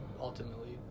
ultimately